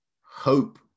Hope